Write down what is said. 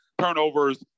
turnovers